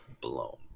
blown